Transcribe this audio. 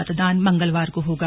मतदान मंगलवार को होगा